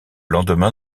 lendemain